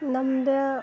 ನಮ್ದು